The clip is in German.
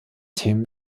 themen